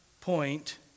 point